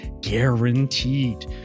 guaranteed